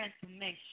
transformation